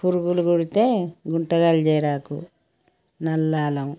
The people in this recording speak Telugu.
పురుగులు కుడితే గుంటగల్జేరాకు నల్లాలం